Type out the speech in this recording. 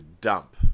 dump